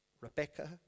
Rebecca